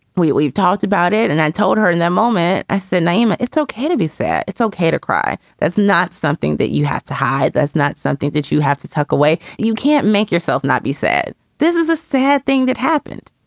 we've talked about it. and i told her in that moment, i said name it's okay to be sad. it's ok to cry. that's not something that you have to hide. that's not something that you have to tuck away. you can't make yourself not be sad. this is a sad thing that happened.